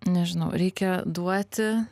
nežinau reikia duoti